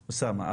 אוסאמה.